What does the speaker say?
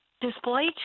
display